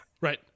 right